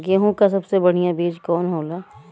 गेहूँक सबसे बढ़िया बिज कवन होला?